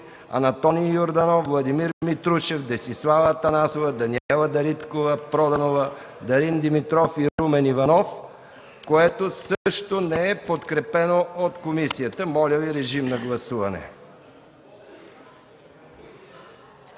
Антоний Йорданов, Владимир Митрушев, Десислава Атанасова, Даниела Дариткова-Проданова, Дарин Димитров и Румен Иванов, което също не е подкрепено от комисията. Моля Ви, режим на гласуване.